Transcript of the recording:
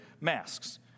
masks